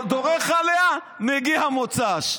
דורך עליה, מגיע מוצ"ש.